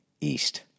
east